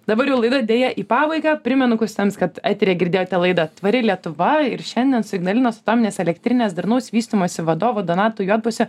dabar jau laida deja į pabaigą primenu klausytojams kad eteryje girdėjote laidą tvari lietuva ir šiandien su ignalinos atominės elektrinės darnaus vystymosi vadovo donatu juodpusiu